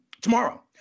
tomorrow